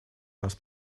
нас